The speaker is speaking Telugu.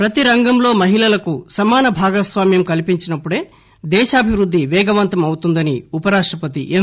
ప్రతి రంగంలో మహిళలకు సమాన భాగస్వామ్యం కల్పించినప్పుడే దేశాభివృద్ధి పేగవంతం అవుతుందని ఉపరాష్ణపతి ఎం